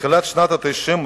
בתחילת שנות ה-90,